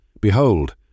Behold